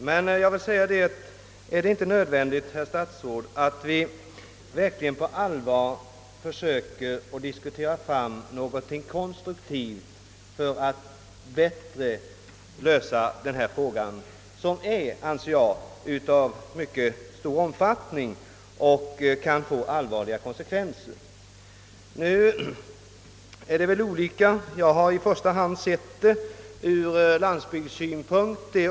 Men, herr statsråd, är det inte nödvändigt att vi på allvar försöker diskutera fram något konstruktivt för att komma till rätta med denna fråga, som jag anser vara av mycket stor betydelse och som kan få allvarliga konsekvenser? Jag har i första hand sett problemet ur landsbygdens synpunkt.